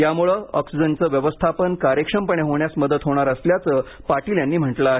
यामुळे ऑक्सिजनचे व्यवस्थापन कार्यक्षमपणे होण्यास मदत होणार असल्याचं पाटील यांनी म्हटलं आहे